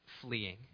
fleeing